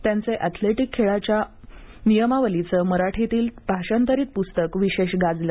त्यांचे अथलेटिक खेळाच्या नियमावलीचे मराठीतील भाषांतरित पुस्तक विशेष गाजले